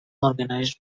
organized